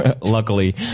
luckily